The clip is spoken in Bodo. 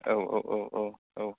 औ औ औ औ